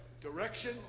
direction